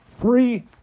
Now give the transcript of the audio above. three